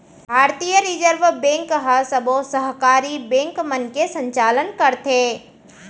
भारतीय reserve bank ह सबो सहकारी बेंक मन के संचालन करथे